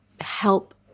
help